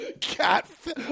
Catfish